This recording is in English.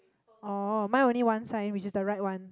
oh mine only one sign which is the right one